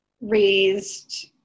raised